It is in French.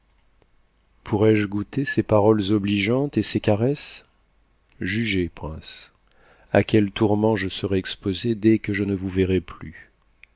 pourrai-je goûter ses paroles obligeantes et ses caresses jugez prince à quels tourments je serai exposée dès que je ne vous verrai plus